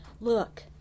Look